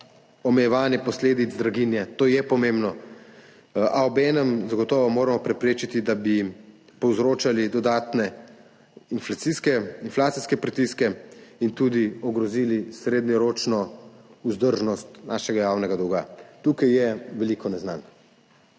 omejevanje posledic draginje. To je pomembno. A obenem zagotovo moramo preprečiti, da bi povzročali dodatne inflacijske pritiske in tudi ogrozili srednjeročno vzdržnost našega javnega dolga. Tukaj je veliko neznank,